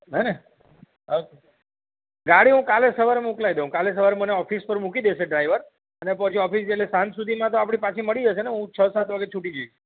હેને ઓકે ગાડી હું કાલે સવારે મોકલાઈ દઉં કાલે સવારે મને ઓફિસ પર મૂકી દેશે ડ્રાઈવર અને પછી ઓફિસ એટલે સાંજ સુધીમાં આપડી પાછી મળી જશે ને હું છ સાત વાગ્યે છૂટી જઈશ